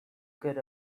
good